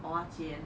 蚝烙煎